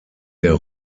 der